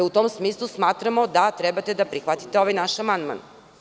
U tom smislu smatramo da treba da prihvatite ovaj naš amandman.